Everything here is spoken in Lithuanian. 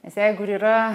nes jeigu ir yra